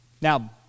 Now